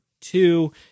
two